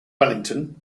wellington